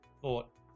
thought